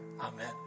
amen